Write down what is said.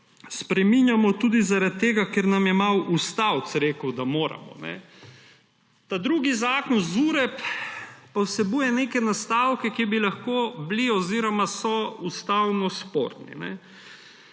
spreminjamo tudi zaradi tega, ker nam je malo ustavec rekel, da moramo. Ta drugi zakon, ZUreP, pa vsebuje neke nastavke, ki bi lahko bili oziroma so ustavno sporni.